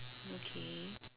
okay